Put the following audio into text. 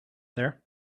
there